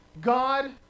God